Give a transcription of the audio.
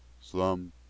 Slum